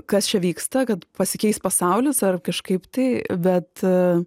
kas čia vyksta kad pasikeis pasaulis ar kažkaip tai bet